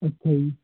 ਅੱਛਾ ਜੀ